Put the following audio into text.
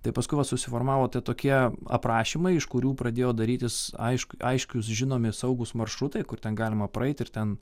tai paskui va susiformavo tie tokie aprašymai iš kurių pradėjo darytis aišku aiškius žinomi saugūs maršrutai kur ten galima praeit ir ten